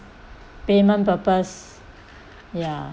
payment purpose